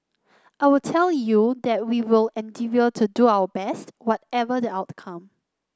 I will tell you that we will endeavour to do our best whatever the outcome